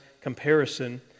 comparison